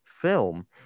film